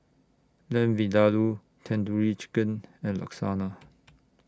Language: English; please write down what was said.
Lamb Vindaloo Tandoori Chicken and Lasagne